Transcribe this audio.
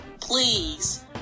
Please